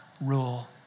rule